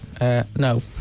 No